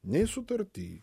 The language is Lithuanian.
nei sutarty